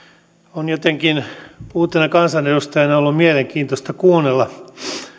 on jotenkin uutena kansanedustajana ollut mielenkiintoista kuunnella